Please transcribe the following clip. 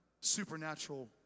supernatural